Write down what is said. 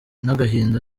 n’agahinda